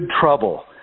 trouble